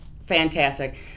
fantastic